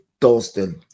Dalston